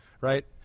Right